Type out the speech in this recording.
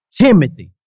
Timothy